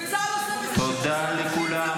מה לעשות, זה הבסיס של זה, וצה"ל עושה בזה שימוש.